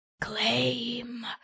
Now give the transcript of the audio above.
Claim